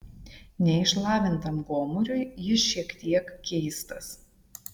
neišlavintam gomuriui jis šiek tiek keistas